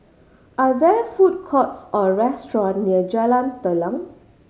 are there food courts or restaurant near Jalan Telang